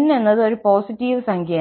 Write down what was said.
n എന്നത് ഒരു positive സംഖ്യയാണ്